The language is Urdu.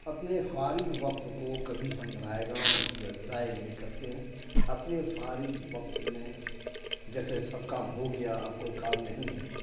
اپنے فارغ وقت کو کبھی ہم رائیگاں یا ضائع نہیں کرتے ہیں اپنے فارغ وقت میں جیسے سب کام ہو گیا اب کوئی کام نہیں ہے